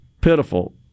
pitiful